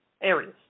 areas